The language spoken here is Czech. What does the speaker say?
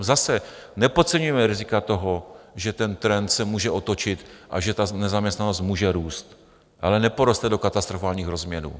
Zase, nepodceňujme rizika toho, že ten trend se může otočit a že ta nezaměstnanost může růst, ale neporoste do katastrofálních rozměrů.